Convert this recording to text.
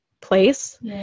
place